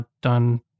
done